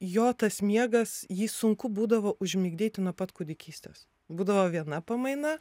jo tas miegas jį sunku būdavo užmigdyti nuo pat kūdikystės būdavo viena pamaina